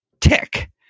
tick